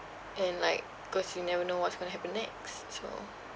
and like cause you never know what's going to happen next so